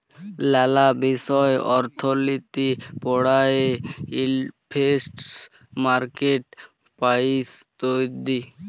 লালা বিষয় অর্থলিতি পড়ায়ে ইলফ্লেশল, মার্কেট প্রাইস ইত্যাদি